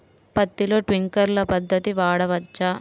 పత్తిలో ట్వింక్లర్ పద్ధతి వాడవచ్చా?